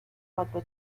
cuatro